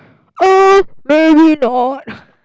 uh maybe not